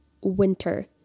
winter